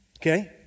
Okay